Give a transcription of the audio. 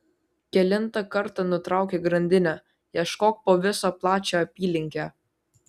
kelintą kartą nutraukia grandinę ieškok po visą plačią apylinkę